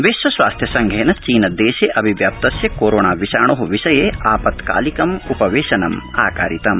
विश्व स्वास्थ्य संघेन चीनदेशेऽभिव्याप्तस्य कोरोणा विषाणोः विषये आपत्कालिकम्पवेशनम् आकारितम्